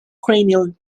cranial